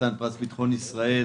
חתן פרס ביטחון ישראל,